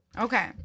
Okay